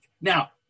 Now